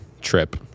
trip